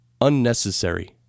unnecessary